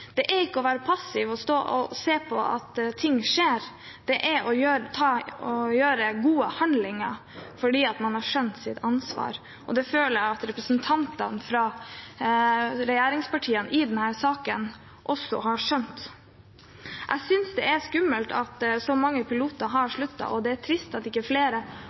Det er ikke å være passiv og stå og se på at ting skjer; det er å gjøre gode handlinger fordi man har skjønt sitt ansvar. Det føler jeg at representantene fra regjeringspartiene i denne saken også har skjønt. Jeg synes det er skummelt at så mange piloter har sluttet, og det er trist at ikke flere hadde lyst til å bli med over i det nye selskapet. Men jeg synes det er